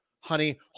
honey